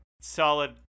solid